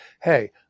hey